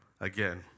again